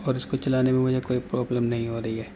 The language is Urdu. اور اس کو چلانے میں مجھے کوئی پرابلم نہیں ہو رہی ہے